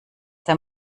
der